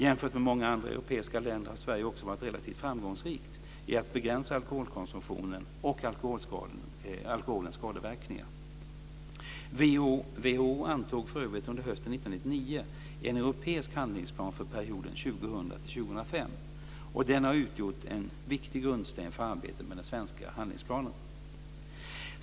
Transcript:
Jämfört med många andra europeiska länder har Sverige också varit relativt framgångsrikt i att begränsa alkoholkonsumtionen och alkoholens skadeverkningar. WHO antog för övrigt under hösten 1999 en europeisk handlingsplan för perioden 2000-2005, och den har utgjort en viktig grundsten för arbetet med den svenska handlingsplanen.